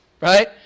Right